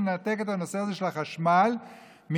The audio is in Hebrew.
לנתק את הנושא הזה של החשמל מהאכיפה.